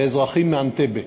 ואזרחים מאנטבה,